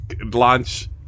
launch